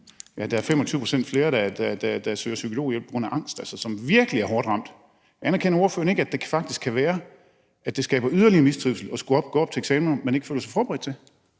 25 pct. flere, der søger psykologhjælp på grund af angst – altså virkelig er hårdt ramt? Anerkender ordføreren ikke, at det faktisk kan skabe yderligere mistrivsel at skulle gå op til eksamener, som man ikke føler sig forberedt til?